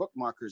bookmarkers